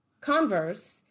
Converse